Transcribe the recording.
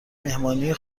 مهمانی